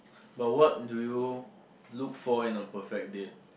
but what do you look for in a perfect date